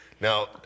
now